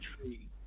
tree